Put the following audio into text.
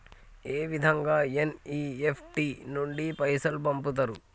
ఏ విధంగా ఎన్.ఇ.ఎఫ్.టి నుండి పైసలు పంపుతరు?